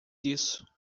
disso